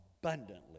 abundantly